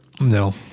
No